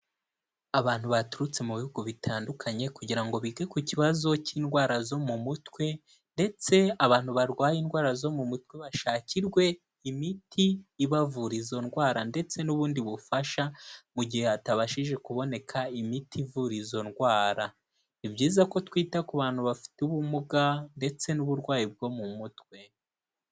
Abantu baturutse mu bihugu bitandukanye kugira ngo bige ku kibazo cy'indwara zo mu mutwe, ndetse abantu barwaye indwara zo mu mutwe bashakirwe imiti ibavura izo ndwara ndetse n'ubundi bufasha, mu gihe hatabashije kuboneka imiti ivura izo ndwara. Ni byiza ko twita ku bantu bafite ubumuga ndetse n'uburwayi bwo mu mutwe.